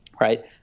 Right